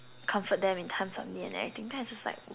comfort them in times of need and everything then I just like